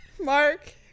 Mark